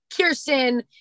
Kirsten